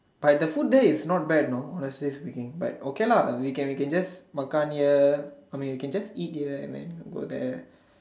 but the food there is not bad know honestly speaking but okay lah we can we can just makan here I mean we can just eat dinner when go there